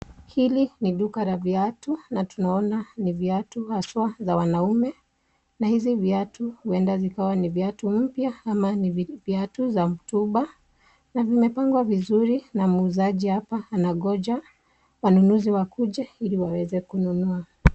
Hili ni duka la viatu na tunaona ni viatu haswa za wanaume na hizi viatu huenda zikawa ni viatu mpya ama ni viatu za mtumba na vimepangwa vizuri na muuzaji hapa, anangoja wanunuzi wakuje ili waweze kununua.